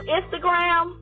Instagram